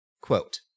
Quote